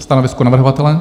Stanovisko navrhovatele?